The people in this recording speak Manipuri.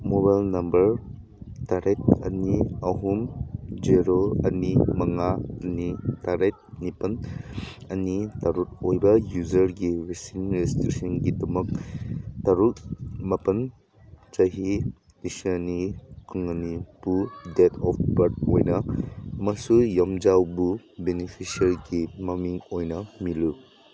ꯃꯣꯕꯥꯏꯜ ꯅꯝꯕꯔ ꯇꯔꯦꯠ ꯑꯅꯤ ꯑꯍꯨꯝ ꯖꯦꯔꯣ ꯑꯅꯤ ꯃꯉꯥ ꯑꯅꯤ ꯇꯔꯦꯠ ꯅꯤꯄꯟ ꯑꯅꯤ ꯇꯔꯨꯛ ꯑꯣꯏꯕ ꯌꯨꯖꯔꯒꯤ ꯋꯦꯁꯤꯟ ꯔꯦꯖꯤꯁꯇ꯭ꯔꯦꯁꯟꯒꯤꯗꯃꯛ ꯇꯔꯨꯛ ꯃꯥꯄꯟ ꯆꯍꯤ ꯂꯤꯁꯤꯡ ꯑꯅꯤ ꯀꯨꯟꯕꯨ ꯗꯦꯠ ꯑꯣꯐ ꯕꯥꯔꯠ ꯑꯣꯏꯅ ꯑꯃꯁꯨꯡ ꯌꯨꯝꯖꯥꯎꯕꯨ ꯕꯤꯅꯤꯐꯤꯁꯔꯤꯒꯤ ꯃꯃꯤꯡ ꯑꯣꯏꯅ ꯃꯦꯜꯂꯨ